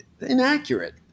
inaccurate